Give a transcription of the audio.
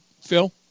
Phil